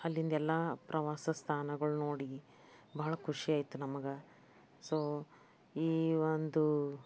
ಅಲ್ಲಿಂದ ಎಲ್ಲ ಪ್ರವಾಸ ಸ್ಥಾನಗಳು ನೋಡಿ ಬಹಳ ಖುಷಿಯಾಯಿತು ನಮಗೆ ಸೊ ಈ ಒಂದು